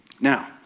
Now